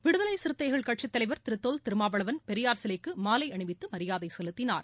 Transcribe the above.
விடுதலை சிறுத்தைகள் கட்சித் தலைவர் திரு தொல் திருமாவளவன் பெரியார் சிலைக்கு மாலை அணிவித்து மரியாதை செலுத்தினார்